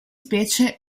specie